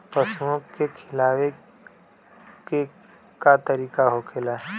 पशुओं के खिलावे के का तरीका होखेला?